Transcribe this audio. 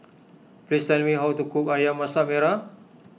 please tell me how to cook Ayam Masak Merah